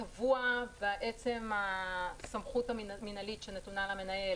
זה טבוע בסמכות המנהלית שנתונה למנהל